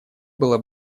было